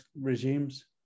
regimes